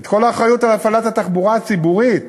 להעביר את כל האחריות להפעלת התחבורה הציבורית,